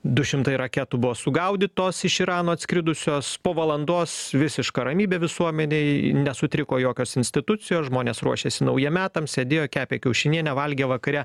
du šimtai raketų buvo sugaudytos iš irano atskridusios po valandos visiška ramybė visuomenėj nesutriko jokios institucijos žmonės ruošėsi naujiem metam sėdėjo kepė kiaušinienę valgė vakare